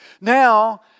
now